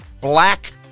Black